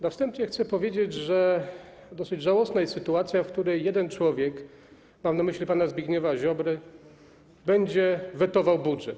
Na wstępie chcę powiedzieć, że dosyć żałosna jest sytuacja, w której jeden człowiek, mam na myśli pana Zbigniewa Ziobrę, będzie wetował budżet.